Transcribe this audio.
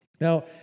Now